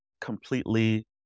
completely